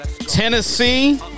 Tennessee